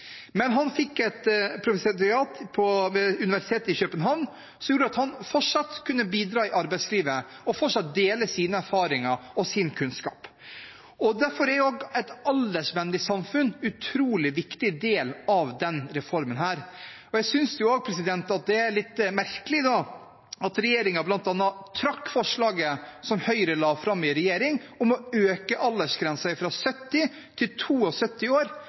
Men han fikk et professorat ved universitetet i København som gjorde at han fortsatt kunne bidra i arbeidslivet og dele av sine erfaringer og sin kunnskap. Derfor er et aldersvennlig samfunn også en utrolig viktig del av denne reformen. Jeg synes det er litt merkelig at regjeringen bl.a. trakk forslaget som Høyre la fram i regjering, om å øke aldersgrensen fra 70 til 72 år